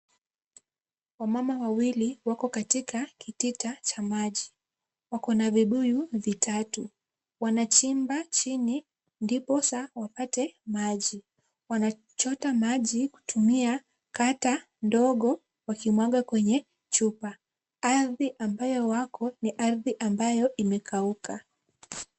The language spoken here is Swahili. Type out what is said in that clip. Wamama wawili wako katika kitita cha maji. Wako na vibuyu vitatu. Wanachimba chini ndiposa wapate maji. Wanachota maji kutumia kata ndogo wakimwaga kwenye chupa. Ardhi ambayo wako ni ardhi ambayo imekauka.